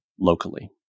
locally